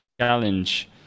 challenge